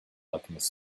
alchemist